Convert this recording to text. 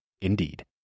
Indeed